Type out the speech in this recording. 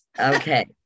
Okay